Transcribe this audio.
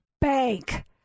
bank